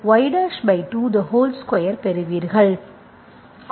ஆனால் y224y ஐப் பெறுவீர்கள்